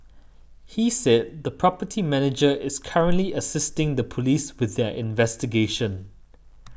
he said the property manager is currently assisting the police with their investigations